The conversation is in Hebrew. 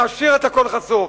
נשאיר את הכול חשוף?